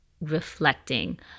reflecting